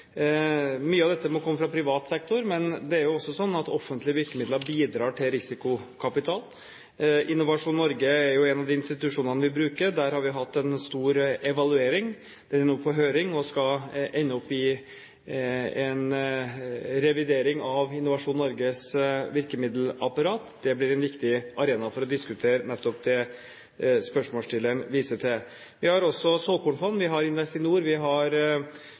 Mye av dette må komme fra privat sektor, men det er jo også sånn at offentlige virkemidler bidrar til risikokapital. Innovasjon Norge er jo en av de institusjonene vi bruker. Der har vi hatt en stor evaluering. Den er nå på høring og skal ende opp i en revidering av Innovasjon Norges virkemiddelapparat. Det blir en viktig arena for å diskutere nettopp det spørsmålsstilleren viser til. Vi har også såkornfond, vi har Investinor, vi har